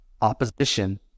opposition